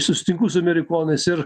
susitinku su amerikonais ir